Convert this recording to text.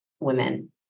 women